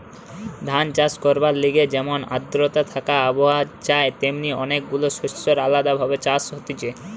ধান চাষ করবার লিগে যেমন আদ্রতা থাকা আবহাওয়া চাই তেমনি অনেক গুলা শস্যের আলদা ভাবে চাষ হতিছে